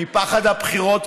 מפחד הבחירות,